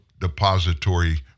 Depository